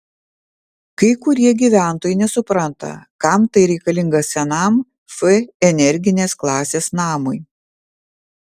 kai kurie gyventojai nesupranta kam tai reikalinga senam f energinės klasės namui